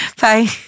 Bye